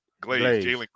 Glaze